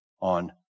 on